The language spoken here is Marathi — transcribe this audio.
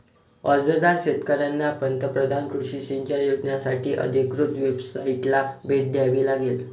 अर्जदार शेतकऱ्यांना पंतप्रधान कृषी सिंचन योजनासाठी अधिकृत वेबसाइटला भेट द्यावी लागेल